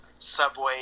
Subway